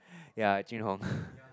yea Jing Hong